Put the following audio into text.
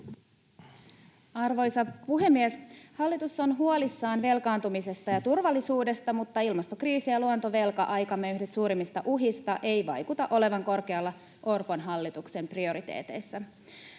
Arvoisa puhemies! Hallitus on huolissaan velkaantumisesta ja turvallisuudesta, mutta ilmastokriisi ja luontovelka, yhdet aikamme suurimmista uhista, eivät vaikuta olevan korkealla Orpon hallituksen prioriteeteissä.